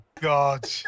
God